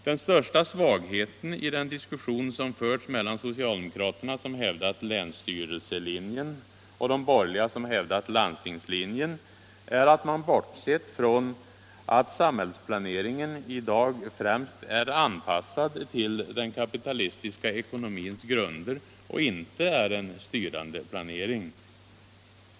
Den största svagheten i den diskussion som förts mellan socialdemokraterna, som hävdat länsstyrelselinjen, och de borgerliga, som hävdat landstingslinjen, är att man bortsett från att samhällsplaneringen i dag främst är anpassad till den kapitalistiska ekonomins grunder och inte är en styrande planering.